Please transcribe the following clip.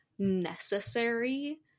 necessary